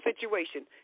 situation